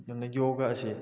ꯑꯗꯨꯅ ꯌꯣꯒꯥ ꯑꯁꯤ